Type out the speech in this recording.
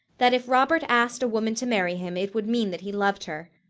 that if robert asked a woman to marry him, it would mean that he loved her.